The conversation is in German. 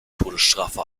todesstrafe